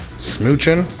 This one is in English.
smooching,